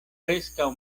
preskaŭ